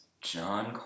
John